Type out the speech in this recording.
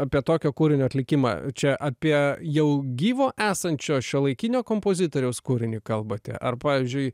apie tokio kūrinio atlikimą čia apie jau gyvo esančio šiuolaikinio kompozitoriaus kūrinį kalbate ar pavyzdžiui